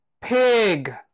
Pig